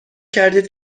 کردید